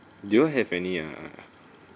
do you have any uh